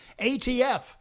ATF